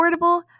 affordable